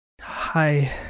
Hi